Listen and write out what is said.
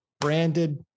branded